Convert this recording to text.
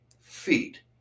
feet